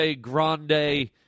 grande